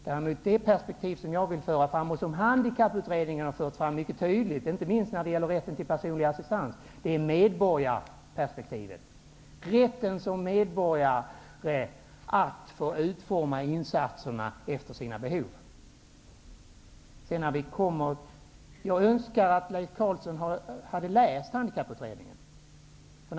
Det perspektiv som jag vill föra fram, och som Handikapputredningen mycket tydligt har fört fram, inte minst när det gäller rätten till personlig assistans, är medborgarperspektivet -- rätten som medborgare att få utforma insatserna efter sina behov. Jag önskar att Leif Carlson hade läst Handikapputredningens förslag.